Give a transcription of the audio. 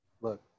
Look